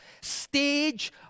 stage